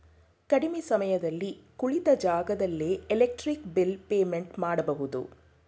ಕಡಿಮೆ ಸಮಯದಲ್ಲಿ ಕುಳಿತ ಜಾಗದಲ್ಲೇ ಎಲೆಕ್ಟ್ರಿಕ್ ಬಿಲ್ ಪೇಮೆಂಟ್ ಮಾಡಬಹುದು